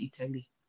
Italy